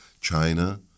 China